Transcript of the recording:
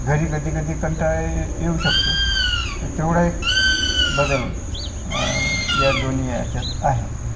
घरी कधीकधी कंटाळा ये येऊ शकतो तर तेवढा एक बदल या दोन्ही याच्यात आहे